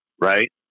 right